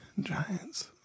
giants